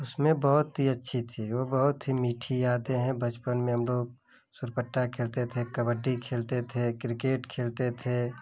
उसमें बहुत ही अच्छी थी वो बहुत ही मीठी यादें हैं बचपन में हम लोग सुरपट्टा खेलते थे कबड्डी खेलते थे क्रिकेट खेलते थे